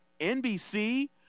NBC